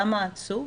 למה עצוב?